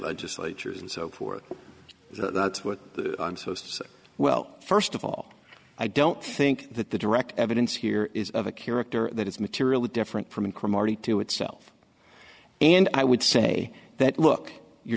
legislatures and so forth that's what i'm supposed to say well first of all i don't think that the direct evidence here is of a character that is materially different from incrementally to itself and i would say that look you're